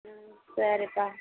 ம் சரிப்பா